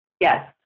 Yes